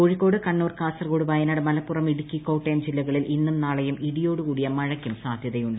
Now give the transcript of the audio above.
കോഴിക്കോട് കണ്ണൂർ കാസർകോട് വയനാട് മലപ്പുറം ഇടുക്കി കോട്ടയം ജില്ലകളിൽ ഇന്നും നാളെയും ഇടിയോടു കൂട്ടിയ് മീഴയ്ക്ക് സാധൃതയുണ്ട്